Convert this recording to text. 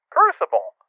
Crucible